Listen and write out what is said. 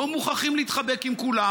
לא מוכרחים להתחבק עם כולם.